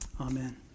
Amen